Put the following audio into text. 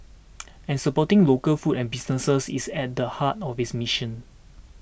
and supporting local food and businesses is at the heart of its mission